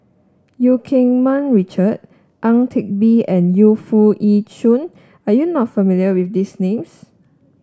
Eu Keng Mun Richard Ang Teck Bee and Yu Foo Yee Shoon are you not familiar with these names